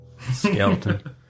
Skeleton